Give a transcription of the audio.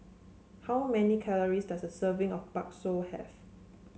how many calories does a serving of Bakso have